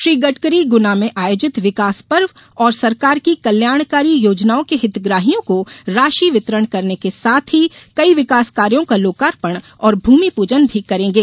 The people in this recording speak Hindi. श्री गडकरी गुना में आयोजित विकास पर्व और सरकार की कल्याणकारी योजनाओं के हितग्राहियों को राशि वितरण करने के साथ ही कई विकासकार्यों का लोकार्पण और भूमिपूजन भी कर्रे गे